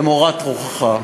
למורת רוחך.